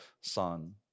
Son